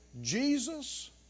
Jesus